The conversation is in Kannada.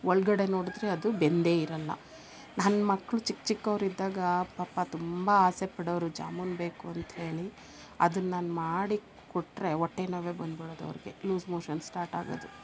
ಒಳಗಡೆ ನೋಡಿದರೆ ಅದು ಬೆಂದೇ ಇರಲ್ಲ ನನ್ನ ಮಕ್ಕಳು ಚಿಕ್ಕ ಚಿಕ್ಕವರಿದ್ದಾಗ ಪಾಪ ತುಂಬಾ ಆಸೆ ಪಡೋರ್ವ್ರು ಜಾಮೂನ್ ಬೇಕು ಅಂತೇಳಿ ಅದನ್ನ ನಾನು ಮಾಡಿ ಕೊಟ್ಟರೆ ಹೊಟ್ಟೆ ನೋವೇ ಬಂದ್ಬಿಡೋದು ಅವರಿಗೆ ಲೂಸ್ ಮೋಶನ್ ಸ್ಟಾರ್ಟ್ ಆಗೋದು